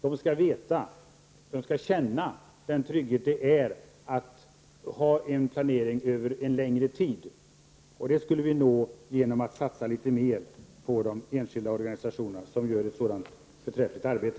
De skall känna den trygghet det är att ha en planering över en längre tid, och det skulle vi nå genom att satsa litet mer på de enskilda organisationerna, som gör ett så förträffligt arbete.